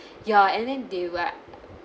ya and then they were